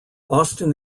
austin